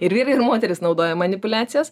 ir vyrai ir moterys naudoja manipuliacijas